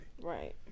Right